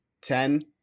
ten